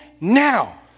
now